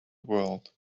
world